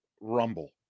rumble